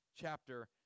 chapter